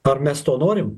ar mes to norim